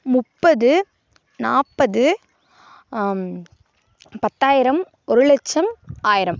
முப்பது நாற்பது பத்தாயிரம் ஒரு லட்சம் ஆயிரம்